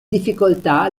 difficoltà